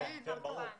כן, גם אירן.